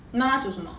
你妈妈煮什么